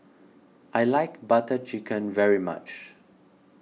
I like Butter Chicken very much